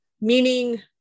meaning